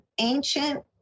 ancient